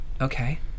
Okay